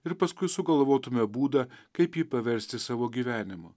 ir paskui sugalvotume būdą kaip jį paversti savo gyvenimu